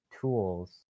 tools